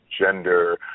gender